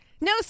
No